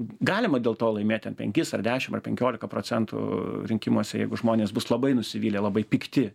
galima dėl to laimėt ten penkis ar dešim ar penkiolika procentų rinkimuose jeigu žmonės bus labai nusivylę labai pikti